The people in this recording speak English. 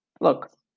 Look